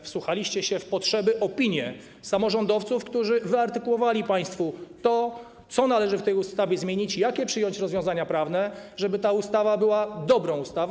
Wsłuchaliście się w potrzeby, opinie samorządowców, którzy wyartykułowali państwu to, co należy w tej ustawie zmienić, jakie przyjąć rozwiązania prawne, żeby ta ustawa była dobrą ustawą.